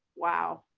wow,